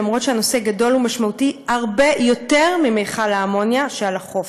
אף שהנושא גדול ומשמעותי הרבה יותר ממכל האמוניה שעל החוף.